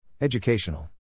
Educational